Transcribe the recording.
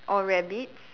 or rabbits